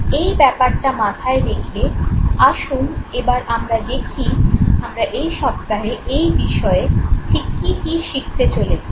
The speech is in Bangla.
এই ব্যাপারটা মাথায় রেখে আসুন এবার আমরা দেখি আমরা এই সপ্তাহে এই বিষয়ে ঠিক কী কী শিখতে চলেছি